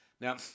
Now